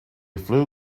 flew